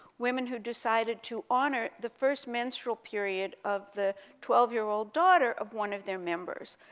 women who decided to honor the first menstrual period of the twelve year-old daughter of one of their members.